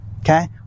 Okay